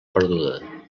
perduda